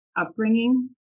upbringing